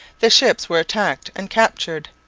the ships were attacked and captured,